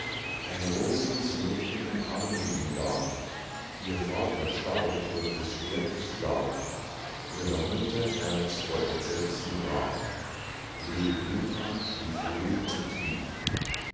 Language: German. ein rosiges mädchen im arme ihm lag ihr vater starb durch des schwertes schlag ihrer mutter herz vor entsetzen brach bleede bluthand schlief ruhig und tief